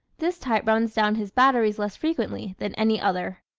this type runs down his batteries less frequently than any other.